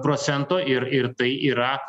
procento ir ir tai yra